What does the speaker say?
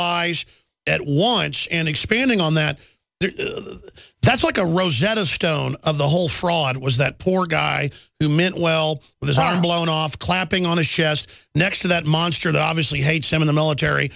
lies at once and expanding on that that's like a rosetta stone of the whole fraud was that poor guy who meant well but isn't blown off clamping on the chefs next to that monster that obviously hates him in the military